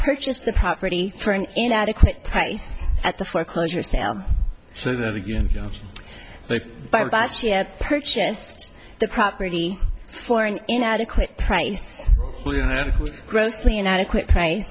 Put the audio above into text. purchased the property for an inadequate price at the foreclosure sale but by bad she had purchased the property for an inadequate price grossly inadequate price